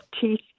teeth